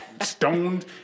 stoned